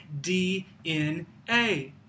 DNA